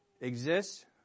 exists